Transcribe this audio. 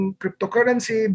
cryptocurrency